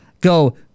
go